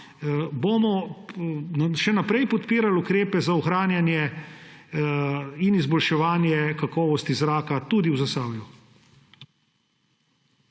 bomo še naprej podpirali ukrepe za ohranjanje in izboljševanje kakovosti zraka tudi v Zasavju.